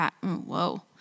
Whoa